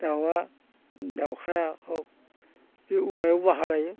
दाउआ दाउखाया हक बे औवायाव बाहा लायो